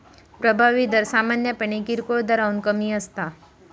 प्रभावी दर सामान्यपणे किरकोळ दराहून कमी असता